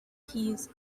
keys